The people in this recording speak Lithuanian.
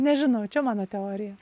nežinau čia mano teorija